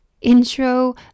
intro